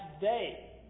day